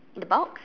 in the box